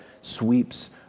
sweeps